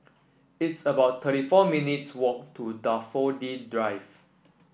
it's about thirty four minutes' walk to Daffodil Drive